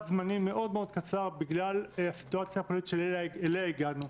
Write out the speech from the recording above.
זמנים מאוד קצר בגלל הסיטואציה הפוליטית שאליה הגענו.